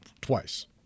Twice